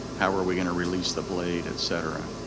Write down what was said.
how are we gonna release the blade, et cetera.